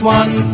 one